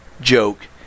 joke